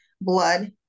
blood